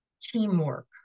teamwork